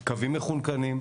קווים מחונקנים,